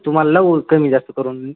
तुम्हाला लावू कमी जास्त करून देईन